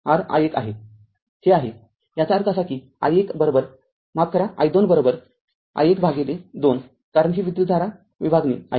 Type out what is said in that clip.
हे आहे याचा अर्थ असा की i१माफ करा i२ r i१ भागिले २ कारण ही विद्युतधारा विभागणी आहे